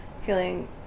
feeling